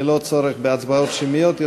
ללא צורך בהצבעות שמיות,